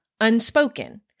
unspoken